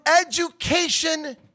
education